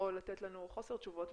או לתת לנו חוסר תשובות,